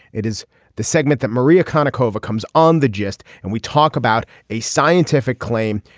it is the segment that maria kaneko overcomes on the gist and we talk about a scientific claim.